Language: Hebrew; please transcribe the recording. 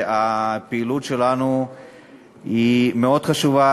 הפעילות שלנו מאוד חשובה,